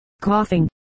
Coughing